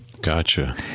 Gotcha